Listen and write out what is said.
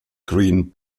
green